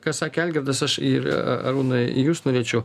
ką sakė algirdas aš ir arūnai į jus norėčiau